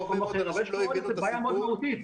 יש פה עוד בעיה מאוד מהותית.